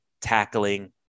tackling